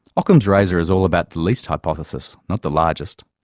ockham's razor is all about the least hypothesis not the largest,